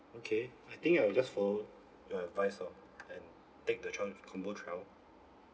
okay I think I will just follow your advice of and take the twelve combo twelve